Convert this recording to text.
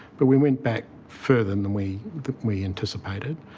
but we went back further than than we we anticipated.